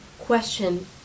Question